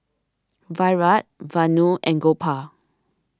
Virat Vanu and Gopal